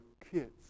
kids